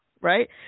right